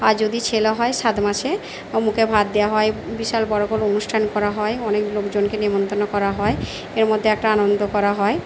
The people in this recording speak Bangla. আর যদি ছেলে হয় সাত মাসে ও মুখেভাত দেওয়া হয় বিশাল বড়ো করে অনুষ্ঠান করা হয় অনেক লোকজনকে নেমন্তন্ন করা হয় এর মধ্যে একটা আনন্দ করা হয়